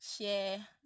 share